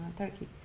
turkey.